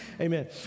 Amen